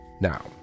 Now